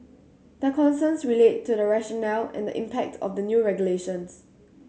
their concerns relate to the rationale and the impact of the new regulations